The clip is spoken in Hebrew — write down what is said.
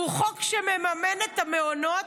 שהוא חוק שמממן את המעונות,